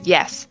Yes